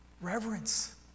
reverence